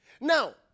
Now